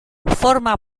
forma